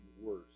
worse